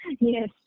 yes